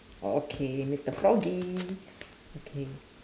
okay mister froggy okay